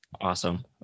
Awesome